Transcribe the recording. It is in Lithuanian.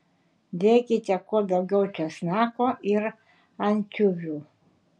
dėkite kuo daugiau česnako ir ančiuvių